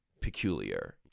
peculiar